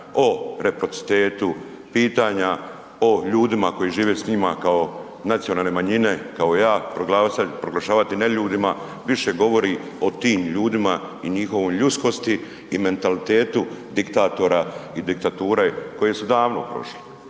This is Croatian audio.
o reciprocitetu, pitanja o ljudima koji žive s njima kao nacionalne manjine, kao ja, proglašavati neljudima, više govori o tim ljudima i njihovoj ljudskosti i mentalitetu diktatora i diktature koje su davno prošle.